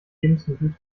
lebensmittel